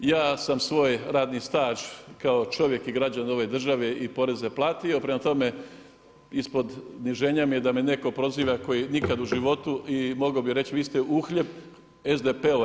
Ja sam svoj radni staž kao čovjek i građanin ove države i poreze platio, prema tome iz poniženja da me neki proziva koji nikada u životu i mogao bi reći vi ste uhljeb SDP-a.